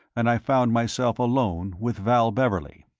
and i found myself alone with val beverley.